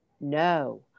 no